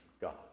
God